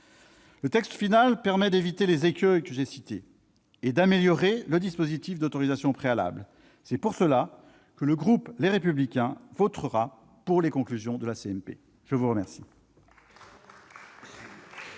le texte final permet d'éviter les écueils que j'ai cités et d'améliorer le dispositif d'autorisation préalable. Pour ces raisons, le groupe Les Républicains votera en faveur des conclusions de la CMP. La discussion